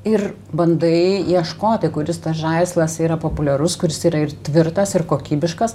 ir bandai ieškoti kuris tas žaislas yra populiarus kuris yra ir tvirtas ir kokybiškas